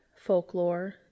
folklore